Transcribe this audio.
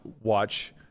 watch